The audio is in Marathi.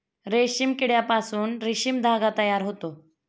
रेशीम किड्यापासून रेशीम धागा तयार होतो